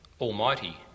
almighty